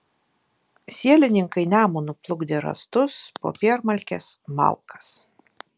sielininkai nemunu plukdė rąstus popiermalkes malkas